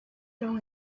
long